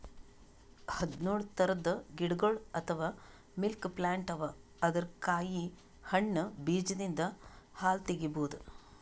ಹದ್ದ್ನೊಳ್ ಥರದ್ ಗಿಡಗೊಳ್ ಅಥವಾ ಮಿಲ್ಕ್ ಪ್ಲಾಂಟ್ ಅವಾ ಅದರ್ ಕಾಯಿ ಹಣ್ಣ್ ಬೀಜದಿಂದ್ ಹಾಲ್ ತಗಿಬಹುದ್